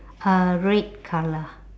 uh red colour